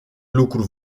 lucru